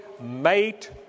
mate